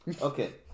Okay